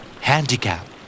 Handicap